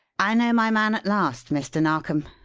i know my man at last, mr. narkom.